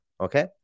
Okay